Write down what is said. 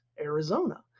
Arizona